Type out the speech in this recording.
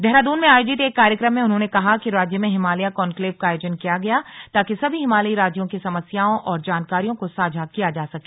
देहरादून में आयोजित एक कार्यक्रम में उन्होंने कहा कि राज्य में हिमालय कॉन्क्लेव का आयोजन किया गया ताकि सभी हिमालयी राज्यों की समस्याओं और जानकारियों को साझा किया जा सके